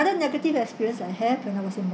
negative experience I have when I was in